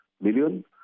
million